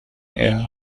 eher